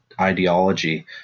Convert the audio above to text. ideology